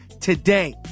today